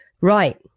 Right